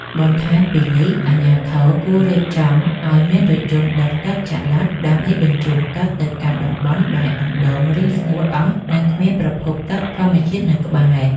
បន្ថែមពីនេះ អាជ្ញាធរគួររៀបចំឱ្យមានរថយន្តដឹកទឹកចល័តដើម្បីបញ្ជូនទឹកទៅកាន់តំបន់ដែលអណ្តូងរីងស្ងួតអស់ និងគ្មានប្រភពទឹកធម្មជាតិនៅក្បែរ។